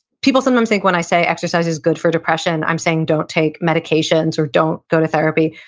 people sometimes think when i say exercise is good for depression, i'm saying don't take medications or don't go to therapy.